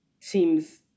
seems